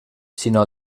sinó